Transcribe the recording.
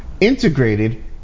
integrated